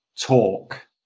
talk